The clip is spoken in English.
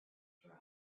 drugs